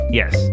yes